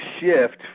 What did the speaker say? shift